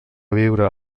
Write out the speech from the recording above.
viure